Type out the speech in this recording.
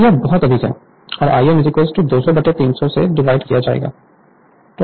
तो यह बहुत अधिक है और Im 200 300 से डिवाइड किया जाएगा